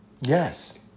Yes